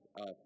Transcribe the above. up